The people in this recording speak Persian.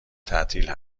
تعطیل